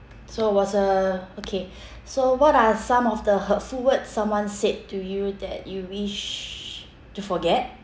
so was uh okay so what are some of the hurtful words someone said to you that you wish to forget